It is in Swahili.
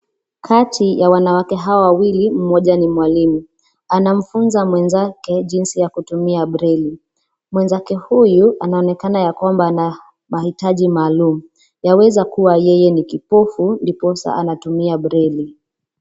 Kati ya wanawake hawa wawili mmoja ni mwalimu, anamfunza mwenzake jinsi ya kutumia breli. Mwenzake huyu anaonekana ya kwamba ana mahitaji maalum. Yaweza kuwa yeye ni kipofu ndiposa anatumia breli.